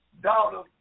daughter